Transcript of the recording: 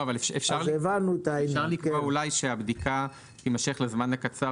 אולי אפשר לקבוע שהבדיקה תימשך לזמן הקצר